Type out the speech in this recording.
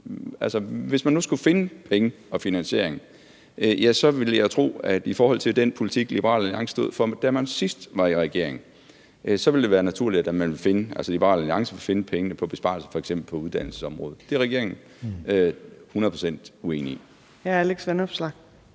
hvis man nu skulle finde penge og finansiering, ville jeg tro, at det i forhold til den politik, Liberal Alliance stod for, da man sidst var i regering, ville være naturligt, at man, altså Liberal Alliance, ville finde pengene på besparelser på f.eks. uddannelsesområdet. Det er regeringen 100 pct. uenig i. Kl.